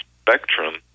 spectrum